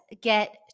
get